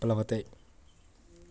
प्लवते